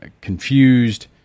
confused